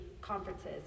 conferences